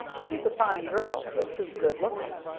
she's a fine girl, but too good-lookin'.